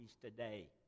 today